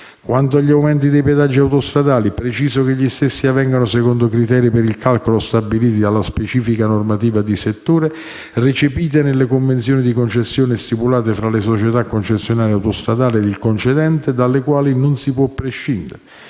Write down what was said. Quanto agli aumenti dei pedaggi autostradali, preciso che gli stessi avvengono secondo criteri per il calcolo stabiliti dalla specifica normativa di settore, recepita nelle convenzioni di concessione stipulate fra le società concessionarie autostradali e il concedente, dalle quali non si può prescindere.